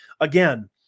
Again